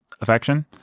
affection